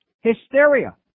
Hysteria